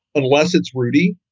unless it's rudy.